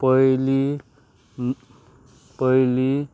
पयलीं पयलीं